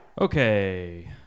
Okay